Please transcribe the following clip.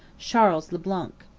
charles le blanc.